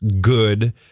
good